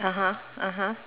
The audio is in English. (uh huh) (uh huh)